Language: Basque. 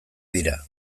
dira